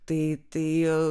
tai tai